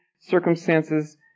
circumstances